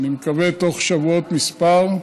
אני מקווה שתוך שבועות מספר,